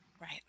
right